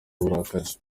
uburakari